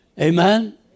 Amen